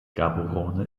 gaborone